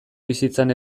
bizitzan